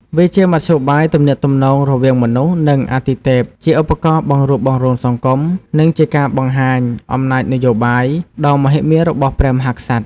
វាជាមធ្យោបាយទំនាក់ទំនងរវាងមនុស្ស និងអាទិទេព ជាឧបករណ៍ បង្រួបបង្រួមសង្គម និងជាការបង្ហាញ អំណាចនយោបាយ ដ៏មហិមារបស់ព្រះមហាក្សត្រ។